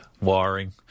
wiring